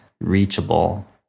reachable